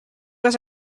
was